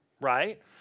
right